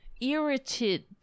irritated